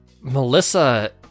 Melissa